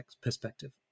perspective